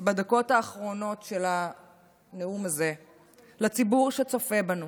בדקות האחרונות של הנאום הזה לציבור שצופה בנו,